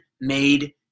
made